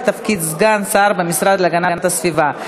לתפקיד סגן שר במשרד להגנת הסביבה.